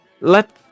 let